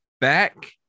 back